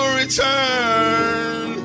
return